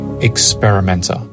experimenter